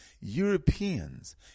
Europeans